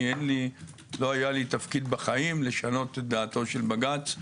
לא היה לי תפקיד בחיים לשנות את דעתו של בג"ץ.